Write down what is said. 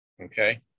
okay